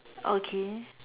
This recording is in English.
okay